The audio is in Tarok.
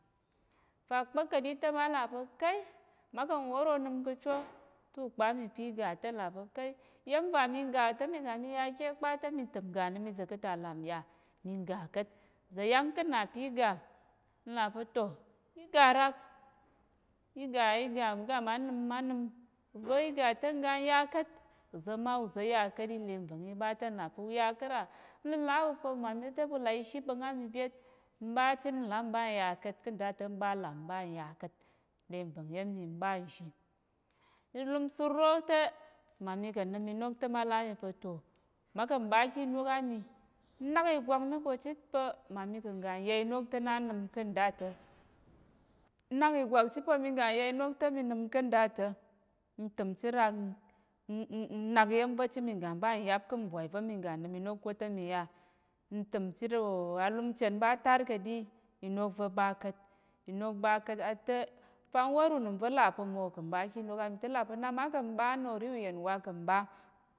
Tak kpa̱k kaɗi te ma là pa̱ kai má kà̱ nwór onəm ka̱ chu te ukpa mi p a̱ iga te n là pa̱, kai iya̱m va mi ga te mi ga mi ya kye kpa te mi təm ngga nnəm iza̱ ka̱ ta làm yà? Mi ga ka̱t, za̱ yáng ká̱ nna pa̱ í ga, n là pa̱ to, í ga rak í ga í ga ma ga ma nəm ma nəm nva̱ í ga te n ga n ya ka̱t, uza̱ ma uza̱ ya ka̱t í le nva̱ng í ɓa te, n là pa̱ u ya ka̱t rà? N la̱la á ɓu pa̱ mma mi te ɓu là ishi ɓa̱ng á mi byét, m ɓa chit n̂lám n ɓa n ya ka̱t, ká̱ nda ta̱ m ɓa làm n ɓa n ya ka̱t. N le nva̱ng ya̱m mi n ɓa nzhi ìlumsur ro te mma mi kà̱ nnəm inok te má là á mi pa̱, to mmá kà̱ mɓa ki inok á mi. N nak ìgwak mi kà̱ chit pa̱ mma mi ka̱ ngga n ya inok te na ńnəm ká̱ nda ta̱, n nak ìgwak chit pa̱ mi ga n ya inok te mi nəm ká̱ nda ta̱. N təm chit rak n nak iya̱m va̱ chit mi ga mɓa n yáp ká̱ mbwai va̱ mi ga nnəm inok ko ta̱ mi ya, ntəm chit wò-o, alum chen ɓa tar ka̱ ɗi inok va̱ ɓa ka̱t inok ka̱t te n fa n wór unəm va̱ là pa̱ mma wò kà̱ mɓa ká̱ inok á mi te là pa̱ na má kà̱ ɓa na ò re uyen wa kà̱ mɓa.